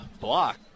block